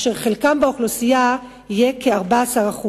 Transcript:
אשר חלקם באוכלוסייה יהיה כ-14%.